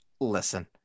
Listen